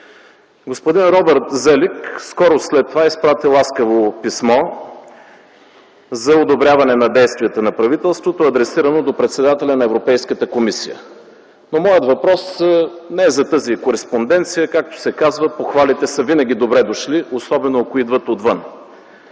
Господин Робърт Зелик скоро след това изпрати ласкаво писмо за одобряване действията на правителството, адресирано до председателя на Европейската комисия. Моят въпрос не е за тази кореспонденция. Както се казва, похвалите са винаги добре дошли, особено ако идват отвън.